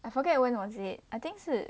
I forget when was it I think 是